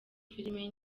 filimi